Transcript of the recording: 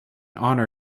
honor